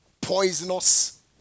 poisonous